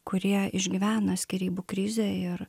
kurie išgyvena skyrybų krizę ir